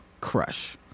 crush